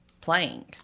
playing